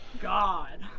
god